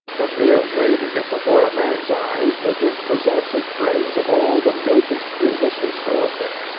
the mere waving it before a man's eyes will dispossess his brains of all the notions previously stored there,